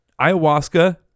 Ayahuasca